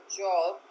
job